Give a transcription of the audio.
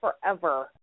forever